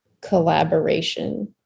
collaboration